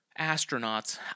astronauts